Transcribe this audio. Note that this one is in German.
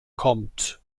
kommt